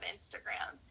Instagram